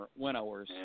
winnowers